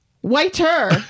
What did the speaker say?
Whiter